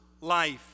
life